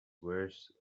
worse